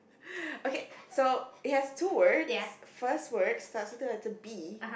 okay so it has two words first word starts with the letter B